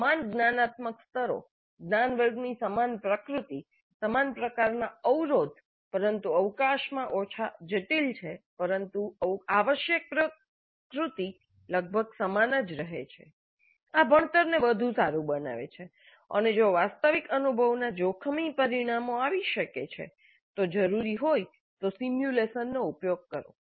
સમાન જ્ઞાનાત્મક સ્તરો જ્ઞાન વર્ગોની સમાન પ્રકૃતિ સમાન પ્રકારનાં અવરોધ સંદર્ભ પણ સમાન છે અને કાર્ય પણ સમાન છે પરંતુ અવકાશમાં ઓછા જટિલ છે પરંતુ આવશ્યક પ્રકૃતિ લગભગ સમાન જ રહે છે આ ભણતરને વધુ સારું બનાવે છે અને જો વાસ્તવિક અનુભવના જોખમી પરિણામો આવી શકે છે તો જરૂરી હોય તો સિમ્યુલેશનનો ઉપયોગ કરો